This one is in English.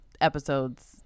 episodes